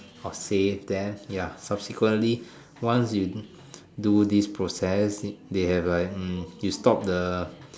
or save them ya subsequently once you do this process they have like hmm you stop the